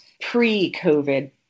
pre-COVID